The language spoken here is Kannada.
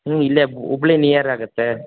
ಹ್ಞೂ ಇಲ್ಲೆ ಹುಬ್ಳಿ ನಿಯರ್ ಆಗುತ್ತೆ